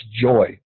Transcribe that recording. joy